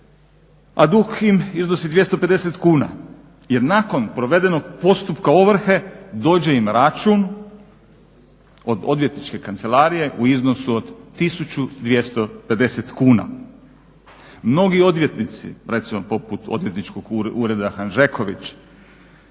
a dug im iznosi 250 kn. Jer nakon provedenog postupka ovrhe dođe im račun od odvjetničke kancelarije u iznosu od 1250 kuna. Mnogi odvjetnici, poput recimo odvjetničkog ureda Hanžeković